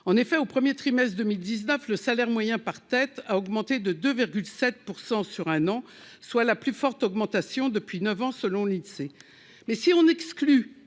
en effet au 1er trimestre 2019, le salaire moyen par tête a augmenté de 2 7 % sur un an, soit la plus forte augmentation depuis 9 ans, selon l'Insee. Mais si on exclu